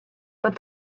but